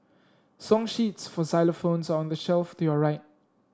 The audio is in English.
song sheets for xylophones are on the shelf to your right